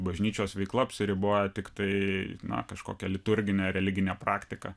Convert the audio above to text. bažnyčios veikla apsiriboja tiktai na kažkokią liturgine religine praktika